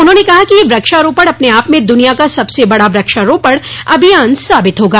उन्होंने कहा कि यह वृक्षारोपण अपने आप में दुनिया का सबसे बड़ा वृक्षारोपण अभियान साबित होगा